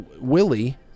Willie